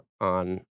on